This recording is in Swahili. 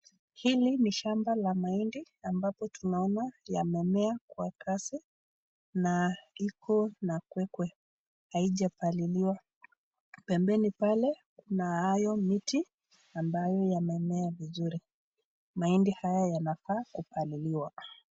Hili ni shamba la mahindi shama ambapo tunaona yememea kwa kazi na iko kwekwe haijapaliliwa, mbele pale Kuna hayo miti ambaye yamemea vizuri, mahindi haya yanafaa kupaliliwa.